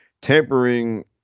Tampering